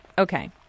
Okay